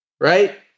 right